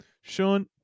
Sean